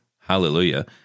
hallelujah